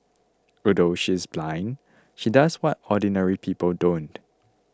although she is blind she does what ordinary people don't